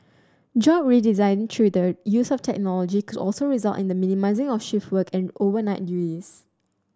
job redesign through the use of technology could also result in the minimising of shift work and overnight race